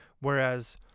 Whereas